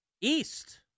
East